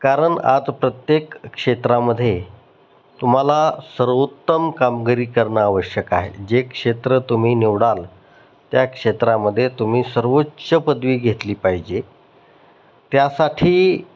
कारण आज प्रत्येक क्षेत्रामध्ये तुम्हाला सर्वोत्तम कामगिरी करणं आवश्यक आहे जे क्षेत्र तुम्ही निवडाल त्या क्षेत्रामध्ये तुम्ही सर्वोच्च पदवी घेतली पाहिजे त्यासाठी